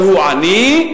שהוא עני,